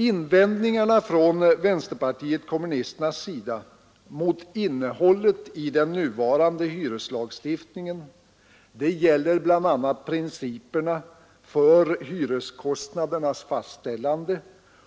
Invändningarna från vänsterpartiet kommunisternas sida mot innehållet i den nuvarande hyreslagstiftningen gäller bl.a. principerna för hyreskostnadernas fastställande